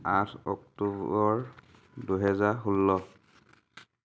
আঠ অক্টোবৰ দুহেজাৰ ষোল্ল